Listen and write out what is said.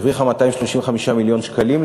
היא הרוויחה 235 מיליון שקלים,